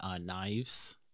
knives